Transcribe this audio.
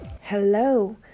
Hello